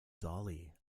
dolly